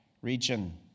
region